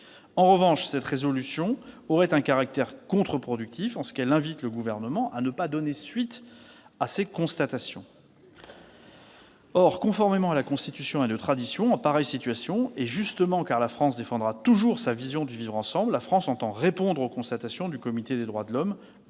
proposition de résolution aurait un caractère contre-productif, en ce qu'elle invite le Gouvernement « à ne pas donner suite à ces constatations ». Or, conformément à la Constitution et à nos traditions en pareille situation, et justement parce que nous défendrons toujours notre vision du vivre ensemble, la France entend répondre aux constatations du Comité des droits de l'homme